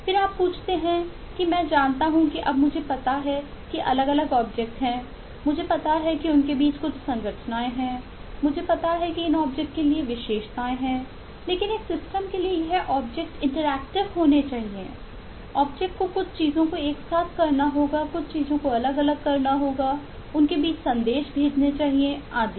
फिर आप पूछते हैं कि मैं जानता हूं कि अब मुझे पता है कि अलग अलग ऑब्जेक्ट को कुछ चीजों को एक साथ करना होगा कुछ चीजों को अलग अलग करना चाहिए उनके बीच संदेश भेजना चाहिए आदि